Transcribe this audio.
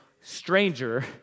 stranger